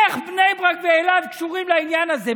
איך בני ברק ואלעד קשורות לעניין הזה?